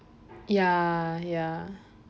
ya ya